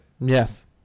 Yes